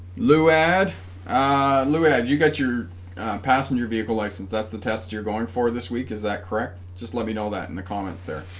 lu add low ahead you got your passenger vehicle license that's the test you're going for this week is that correct just let me know that in the comments there